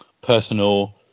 personal